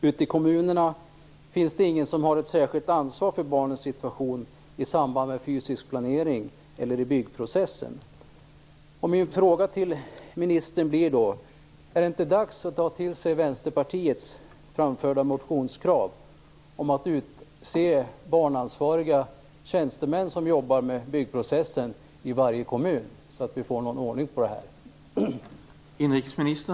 Ute i kommunerna finns ingen som har ett särskilt ansvar för barnens situation i samband med fysisk planering eller i byggprocessen." Min fråga till ministern blir då: Är det inte dags att ta till sig Vänsterpartiets framförda motionskrav om att utse barnansvariga tjänstemän som jobbar med byggprocessen i varje kommun, så att vi får någon ordning på det här?